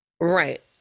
Right